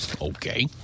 okay